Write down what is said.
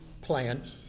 plan